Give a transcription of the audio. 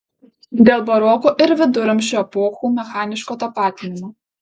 dėl baroko ir viduramžių epochų mechaniško tapatinimo